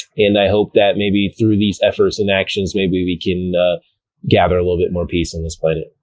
and i hope that maybe through these efforts and actions maybe we can gather a little bit more peace on this planet.